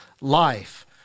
life